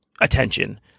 attention